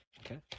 Okay